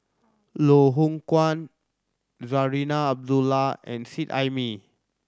Loh Hoong Kwan Zarinah Abdullah and Seet Ai Mee